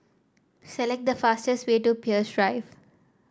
select the fastest way to Peirce Drive